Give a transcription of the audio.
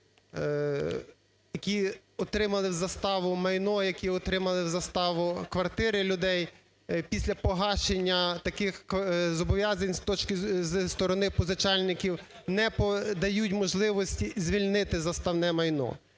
які отримали в заставу майно, які отримали в заставу квартири людей після погашення таких зобов'язань з точки… зі сторони позичальників, не дають можливості звільнити заставне майно,